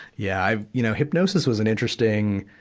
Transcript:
yeah, i've, you know, hypnosis was an interesting,